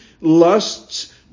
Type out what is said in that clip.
lusts